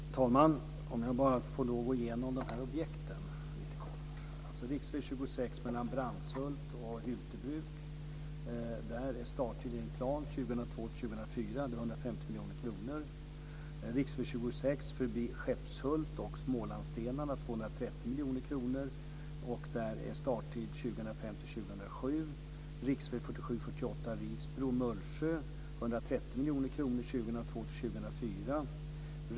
Herr talman! Jag ska bara be att få gå igenom de här objekten lite kort. I fråga om riksväg 26 mellan Brandshult och Hyltebruk är starttiden klar. Det blir mellan 2002 och 2004. Det är 150 miljoner kronor. I fråga om riksväg 26 förbi Skeppshult och Smålandsstenar är det 230 miljoner kronor. Där är starttiden 2005-2007. I fråga om riksväg 47/48 mellan Risbro och Mullsjö är det 130 miljoner kronor 2002-2004.